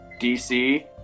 DC